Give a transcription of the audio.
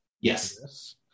Yes